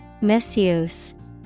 Misuse